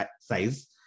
size